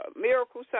miracle